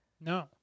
No